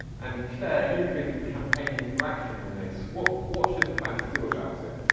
and claer, you've been campaigning for action on this. what what should the banks do about it?